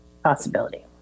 Possibility